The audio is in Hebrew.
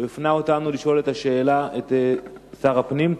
הוא הפנה אותנו לשאול את השאלה את שר הפנים.